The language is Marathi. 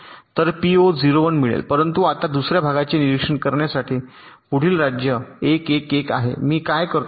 0 1 मिळेल परंतु आता दुसर्या भागाचे निरीक्षण करण्यासाठी पुढील राज्य 1 1 1 आहे मी काय करतो